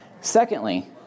Secondly